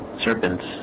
serpents